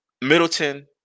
Middleton